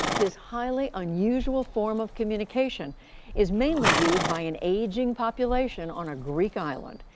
this highly unusual form of communication is mainly used by an aging population on a greek island.